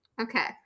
Okay